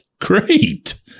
Great